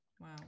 Wow